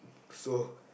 so